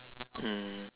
mm